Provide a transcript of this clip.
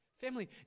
Family